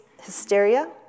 hysteria